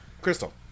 Crystal